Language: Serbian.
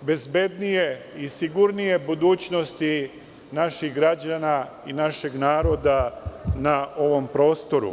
bezbednije i sigurnije budućnosti naših građana i našeg naroda na ovom prostoru.